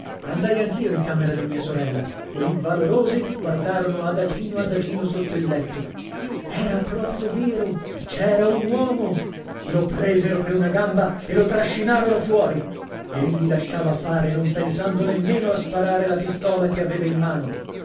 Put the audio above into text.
andai anch'io in camera di mia sorella quei valorosi guardarono adagino adagino sotto il letto era proprio vero cera un uomo lo presero per una gamba e lo trascinarono fuori egli lasciava fare non pensando nemmeno a sparare la pistola che aveva in mano